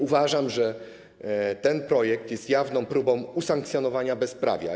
Uważam, że ten projekt jest jawną próbą usankcjonowania bezprawia.